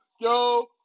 Yo